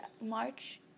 March